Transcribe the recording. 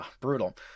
brutal